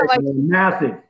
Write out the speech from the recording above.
massive